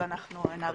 אנחנו נאריך ל-90 ימים.